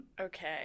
Okay